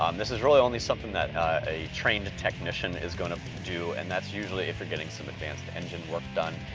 um this is really only something that a trained technician is gonna do, and that's usually if you're getting some advanced engine work done.